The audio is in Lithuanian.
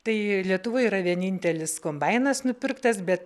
tai lietuvoj yra vienintelis kombainas nupirktas bet